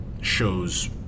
shows